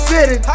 City